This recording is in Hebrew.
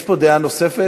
יש פה דעה נוספת,